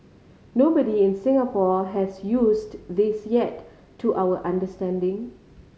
nobody in Singapore has used this yet to our understanding